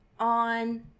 on